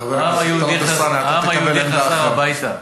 חבר הכנסת טלב אלסאנע, העם היהודי חזר הביתה.